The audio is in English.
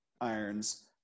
irons